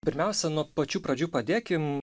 pirmiausia nuo pačių pradžių pradėkim